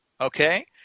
Okay